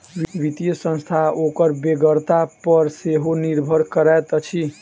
वित्तीय संस्था ओकर बेगरता पर सेहो निर्भर करैत अछि